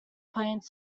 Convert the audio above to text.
plans